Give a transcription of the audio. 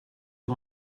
you